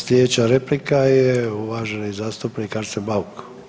Sljedeća replika je uvaženi zastupnik Arsen Bauk.